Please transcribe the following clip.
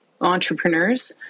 entrepreneurs